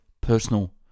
personal